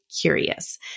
curious